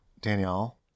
Danielle